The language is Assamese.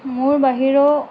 মোৰ বাহিৰেও